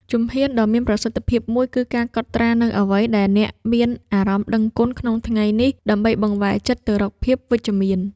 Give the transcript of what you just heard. ជំហានដ៏មានប្រសិទ្ធភាពមួយគឺការកត់ត្រានូវអ្វីដែលអ្នកមានអារម្មណ៍ដឹងគុណក្នុងថ្ងៃនេះ ដើម្បីបង្វែរចិត្តទៅរកភាពវិជ្ជមាន។